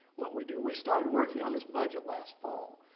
what we do. we started working on this budget last fall,